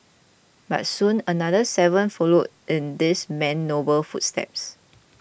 but soon another seven followed in this man's noble footsteps